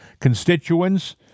constituents